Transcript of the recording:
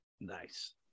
Nice